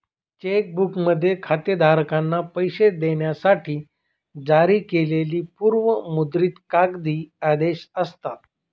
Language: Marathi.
चेक बुकमध्ये खातेधारकांना पैसे देण्यासाठी जारी केलेली पूर्व मुद्रित कागदी आदेश असतात